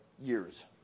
years